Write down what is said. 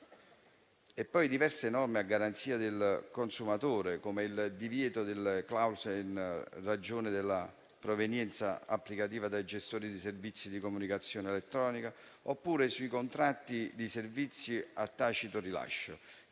poi diverse norme a garanzia del consumatore, come il divieto di discriminazione in ragione della provenienza applicativa dei gestori di servizi di comunicazione elettronica, oppure sui contratti di servizi a tacito rilascio,